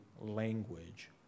language